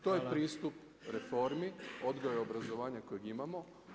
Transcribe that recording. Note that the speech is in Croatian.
To je pristup reformi odgoja i obrazovanja kojeg imamo.